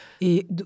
Et